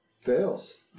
Fails